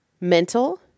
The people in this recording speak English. Mental